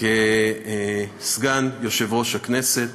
לסגן יושב-ראש הכנסת.